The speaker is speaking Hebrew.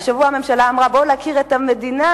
השבוע הממשלה אמרה: בואו להכיר את המדינה,